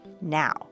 Now